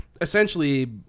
essentially